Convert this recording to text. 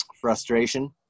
frustration